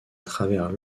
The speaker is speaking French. travers